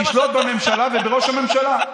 לשלוט בממשלה ובראש הממשלה.